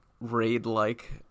raid-like